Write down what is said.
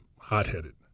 hot-headed